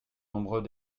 nombreux